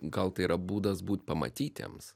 gal tai yra būdas būt pamatytiems